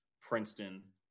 Princeton